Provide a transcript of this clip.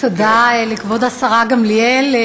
תודה לכבוד השרה גמליאל.